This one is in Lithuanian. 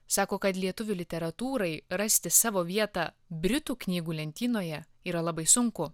sako kad lietuvių literatūrai rasti savo vietą britų knygų lentynoje yra labai sunku